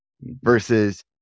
versus